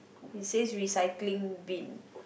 it says recycling bin